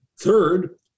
Third